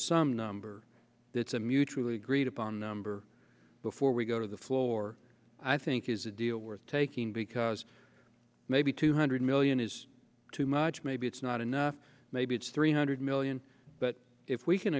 some number that's a mutually agreed upon number before we go to the floor i think is a deal worth taking because maybe two hundred million is too much maybe it's not enough maybe it's three hundred million but if we can